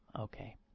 Okay